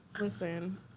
Listen